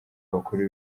abakuru